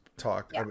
talk